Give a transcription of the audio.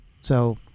So-